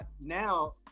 now